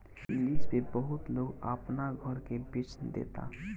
lease पे बहुत लोग अपना घर के बेच देता